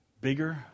bigger